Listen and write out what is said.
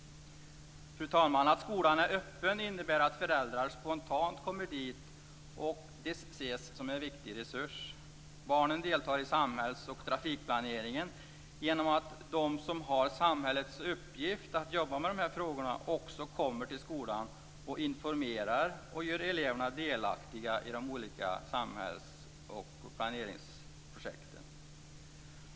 Fru talman! Att skolan är öppen innebär att föräldrar spontant kommer dit och att de ses som en viktig resurs. Barnen deltar i samhälls och trafikplaneringen genom att de som har samhällets uppgift att jobba med dessa frågor också kommer till skolan och informerar och gör eleverna delaktiga i de olika samhälls och planeringsprojekten.